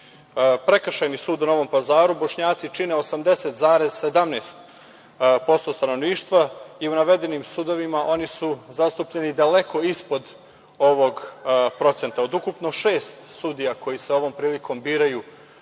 Prekršajni sud u Novom Pazaru Bošnjaci čine 80,17% stanovništva i u navedenim sudovima oni su zastupljeni daleko ispod ovog procenta. Od ukupno šest sudija koji se ovom prilikom biraju